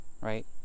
Right